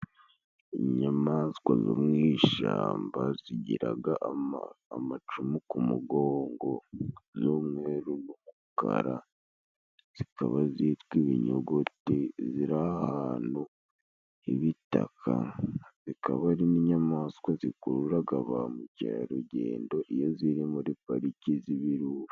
Inyamaswa zo mu ishamba zigiraga amacumu ku mugongo y'umweru n'umukara zikaba zitwa ibinyogote, ziri ahantu h'ibitaka zikaba ari n'inyamaswa zikururaga ba mukerarugendo iyo ziri muri pariki z'ibirunga.